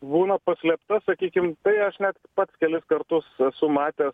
būna paslėpta sakykim tai aš net pats kelis kartus esu matęs